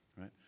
right